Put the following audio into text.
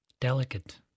delicate